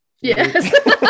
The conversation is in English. yes